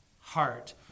heart